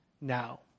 now